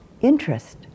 interest